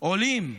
עולים למעלה,